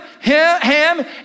Ham